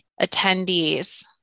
attendees